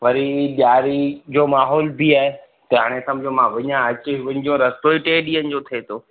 वरी ॾिआरी जो माहोल बि आहे त हाणे समझो मां वञा अची मुंहिंजो रस्तो ई टे ॾींहनि जो थे थो